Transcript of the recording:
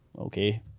okay